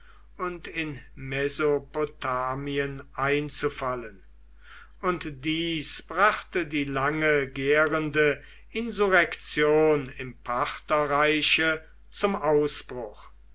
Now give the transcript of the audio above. und in mesopotamien einzufallen und dies brachte die lange gärende insurrektion im partherreiche zum ausbruch